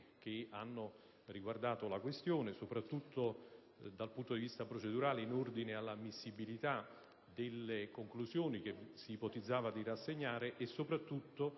Grazie,